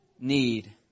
need